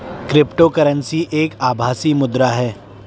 crypto currency एक आभासी मुद्रा है